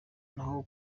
naho